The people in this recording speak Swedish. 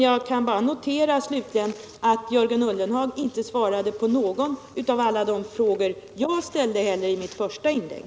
Jag kan bara slutligen notera att Jörgen Ullenhag inte svarade på någon av alla de frågor jag ställde i mitt första inlägg.